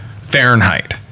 Fahrenheit